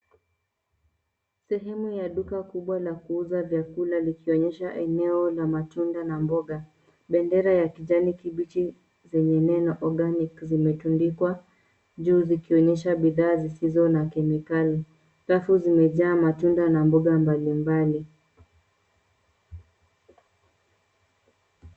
Sehemu ya duka kubwa la kuuza vyakula likionyesha eneo la matunda na mboga. Bendera ya kijani kibichi zenye neno organic zimetundikwa zikionyesha bidhaa zisizo na kemikali. Rafu zimejaa matunda na mboga mbalimbali.